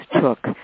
took